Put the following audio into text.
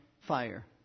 fire